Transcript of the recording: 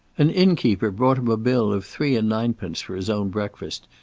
an inn-keeper brought him a bill of three-and-ninepence for his own breakfast,